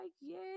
yes